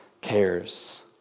cares